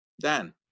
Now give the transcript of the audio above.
Dan